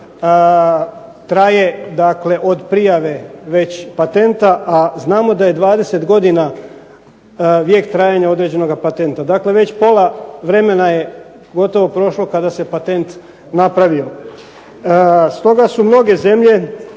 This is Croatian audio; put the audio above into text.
dakle od prijave već patenta, a znamo da je 20 godina vijek trajanja određenoga patenta. Dakle, već pola vremena je gotovo prošlo kada se patent napravio. Stoga su mnoge zemlje,